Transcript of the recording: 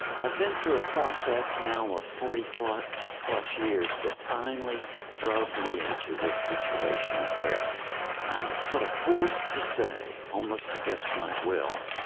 i've been through a process now of forty ah plus years that finally drove me into this situation where i'm sort of forced to say, almost against my will,